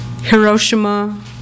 Hiroshima